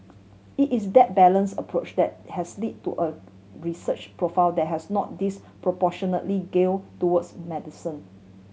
it is that balance approach that has led to a research profile that has not disproportionately gear towards medicine